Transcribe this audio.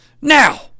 Now